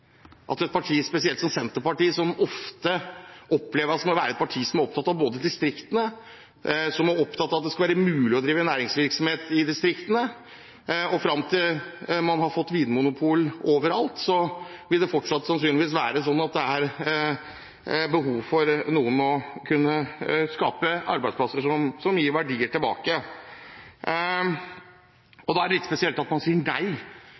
at Senterpartiet, som er et parti som er opptatt av distriktene, som er opptatt av at det skal være mulig å drive næringsvirksomhet i distriktene – og fram til man har fått vinmonopol overalt, vil det sannsynligvis fortsatt være behov for å skape arbeidsplasser, som gir verdier tilbake